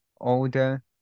older